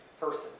person